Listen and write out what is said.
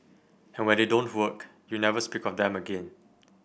and when they don't work you never speak of them again